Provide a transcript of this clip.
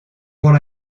what